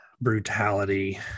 brutality